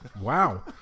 Wow